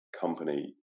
company